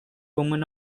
woman